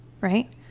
right